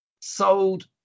sold